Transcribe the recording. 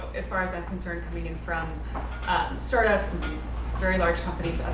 as far as i'm concerned, coming and from start-ups and very large companies,